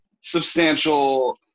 substantial